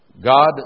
God